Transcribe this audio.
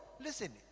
listen